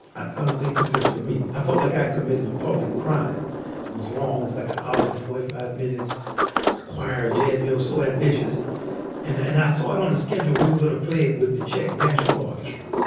ah i don't think this is for me. i felt like i committed a public crime was long. it's like ah how in forty five minutes squire jasmyn was so ambitious and ambitious and i saw it on a schedule, we were gonna play it with the czech national orchestra.